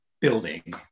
building